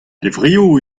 levrioù